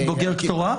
בוגר קטורה?